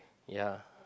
ya